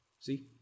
See